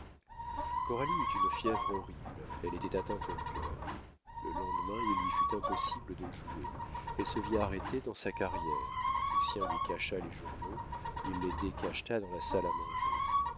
coralie eut une fièvre horrible elle était atteinte au cœur le lendemain il lui fut impossible de jouer elle se vit arrêtée dans sa carrière lucien lui cacha les journaux il les décacheta dans la salle à manger